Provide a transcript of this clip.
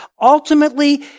Ultimately